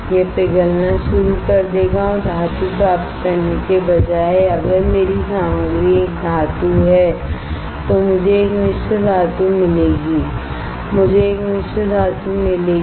यह पिघलना शुरू कर देगा और धातु प्राप्त करने के बजाय अगर मेरी सामग्री एक धातु है तो मुझे एक मिश्र धातु मिलेगी मुझे एक मिश्र धातु मिलेगी